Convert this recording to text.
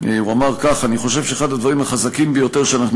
הוא אמר כך: "אני חושב שאחד הדברים החזקים ביותר שאנחנו